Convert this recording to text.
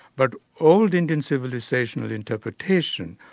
but old indian civilisation as interpretation,